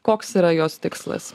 koks yra jos tikslas